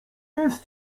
jest